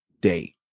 day